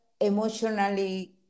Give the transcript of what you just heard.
emotionally